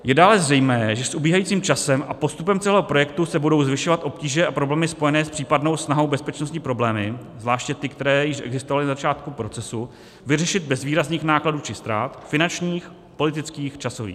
Je dále zřejmé, že s ubíhajícím časem a postupem celého projektu se budou zvyšovat obtíže a problémy spojené s případnou snahou, bezpečnostní problémy, zvláště ty, které již existovaly na začátku procesu, vyřešit bez výrazných nákladů či ztrát finančních, politických, časových.